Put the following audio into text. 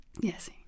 Yes